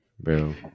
bro